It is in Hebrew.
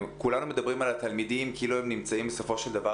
כולנו מדברים על התלמידים כאילו הם נמצאים בסופו של דבר